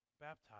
baptized